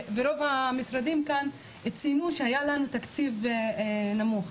וברוב המשרדים כאן ציינו שהיה להם תקציב נמוך.